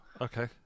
Okay